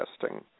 testing